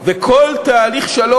וכל תהליך שלום,